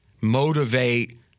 motivate